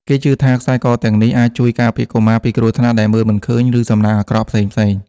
គេជឿថាខ្សែកទាំងនេះអាចជួយការពារកុមារពីគ្រោះថ្នាក់ដែលមើលមិនឃើញ ឬសំណាងអាក្រក់ផ្សេងៗ។